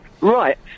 Right